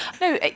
no